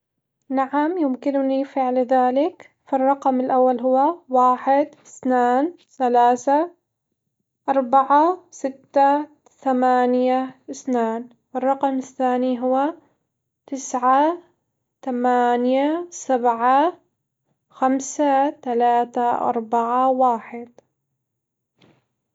نعم، يمكنني فعل ذلك، فالرقم الأول هو واحد اثنان ثلاثة أربعة ستة ثمانية اثنان، الرقم الثاني هو تسعة تمانية سبعة خمسة تلاتة أربعة واحد.